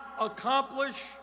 accomplish